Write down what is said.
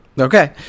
Okay